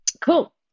Cool